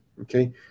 okay